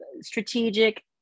strategic